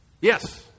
Yes